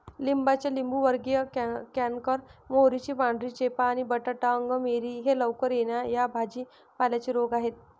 लिंबाचा लिंबूवर्गीय कॅन्कर, मोहरीची पांढरी चेपा आणि बटाटा अंगमेरी हे लवकर येणा या भाजी पाल्यांचे रोग आहेत